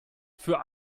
für